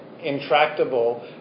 intractable